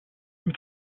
mit